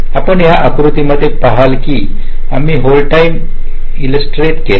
आपण या आकृति मध्ये पहाल की आम्ही होल्ड टाईम इलसटरेट केला आहे